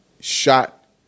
shot